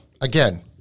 again